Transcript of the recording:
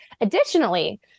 Additionally